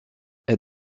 est